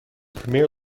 premier